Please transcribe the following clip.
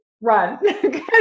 run